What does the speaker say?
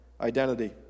identity